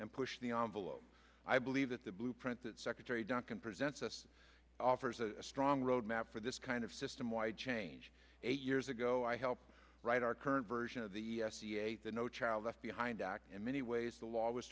and push the envelope i believe that the blueprint that secretary duncan presents us offers a strong roadmap for this kind of system wide change eight years ago i helped write our current version of the no child left behind act in many ways the law was